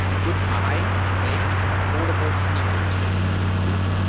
could i make affordable sneakers cool?